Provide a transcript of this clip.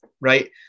right